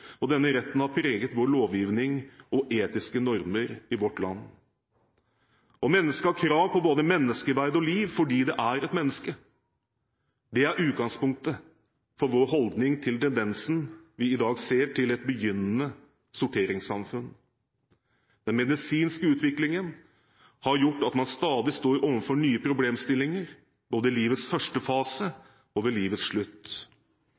opprinnelse. Denne retten har preget vår lovgivning og etiske normer i vårt land. Mennesket har krav på både menneskeverd og liv fordi det er et menneske. Det er utgangspunktet for vår holdning til tendensen vi i dag ser til et begynnende sorteringssamfunn. Den medisinske utviklingen har gjort at man stadig står overfor nye problemstillinger, både i livets første fase og ved livets slutt.